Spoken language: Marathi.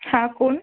हां कोण